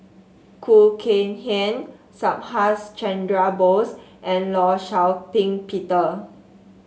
Khoo Kay Hian Subhas Chandra Bose and Law Shau Ping Peter